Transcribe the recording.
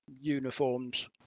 uniforms